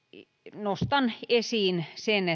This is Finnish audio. nostan esiin sen